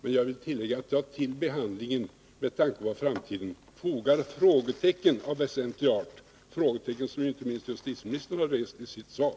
Men jag vill tillägga att jag till behandlingen, med tanke på framtiden, fogar frågetecken i väsentliga hänseenden — frågetecken som inte minst justitieministern har rest i sitt svar.